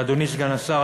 אדוני סגן השר,